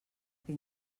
que